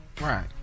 Right